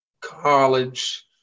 college